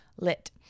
lit